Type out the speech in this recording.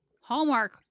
Hallmark